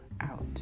out